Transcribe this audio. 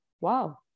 wow